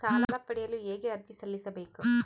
ಸಾಲ ಪಡೆಯಲು ಹೇಗೆ ಅರ್ಜಿ ಸಲ್ಲಿಸಬೇಕು?